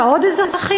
אין בה עוד אזרחים?